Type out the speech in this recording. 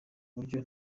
buryo